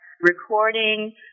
recording